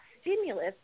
stimulus